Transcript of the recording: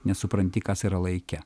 nesupranti kas yra laike